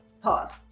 pause